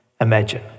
imagine